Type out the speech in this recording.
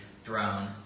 thrown